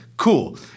cool